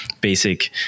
basic